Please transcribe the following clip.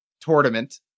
tournament